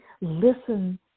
listen